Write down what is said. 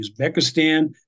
Uzbekistan